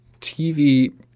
TV